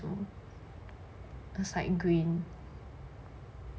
it's like green